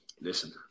Listen